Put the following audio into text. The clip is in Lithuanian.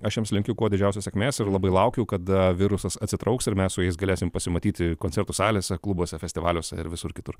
aš jiems linkiu kuo didžiausios sėkmės ir labai laukiu kada virusas atsitrauks ir mes su jais galėsim pasimatyti koncertų salėse klubuose festivaliuose ir visur kitur